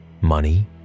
money